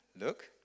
look